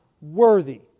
worthy